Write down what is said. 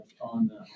on